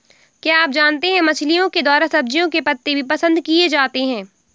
क्या आप जानते है मछलिओं के द्वारा सब्जियों के पत्ते भी पसंद किए जाते है